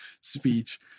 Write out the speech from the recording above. speech